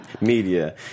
media